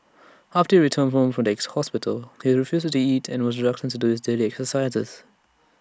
after he returned home from the ex hospital he refused to eat and was reluctant to do his daily exercises